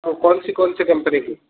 اور کون سی کون سی کمپنی کی